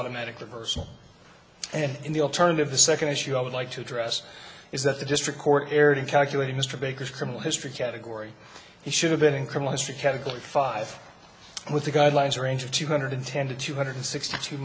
automatic reversal and in the alternative the second issue i would like to address is that the district court erred in calculating mr baker's criminal history category he should have been in criminal history category five with the guidelines range of two hundred ten to two hundred sixty two